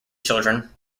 children